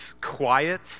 quiet